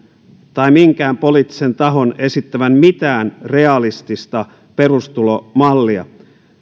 tai minkään poliittisen tahon esittävän mitään realistista perustulomallia